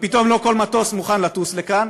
ופתאום לא כל מטוס מוכן לטוס לכאן,